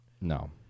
No